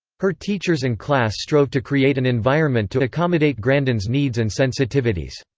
her teachers and class strove to create an environment to accommodate grandin's needs and sensitivities.